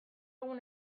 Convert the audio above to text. egun